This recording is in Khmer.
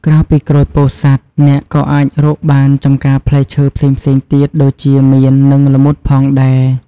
ក្រៅពីក្រូចពោធិ៍សាត់ អ្នកក៏អាចរកបានចម្ការផ្លែឈើផ្សេងៗទៀតដូចជាមៀននិងល្មុតផងដែរ។